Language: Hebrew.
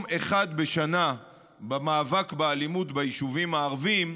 אחד בשנה במאבק באלימות ביישובים הערביים,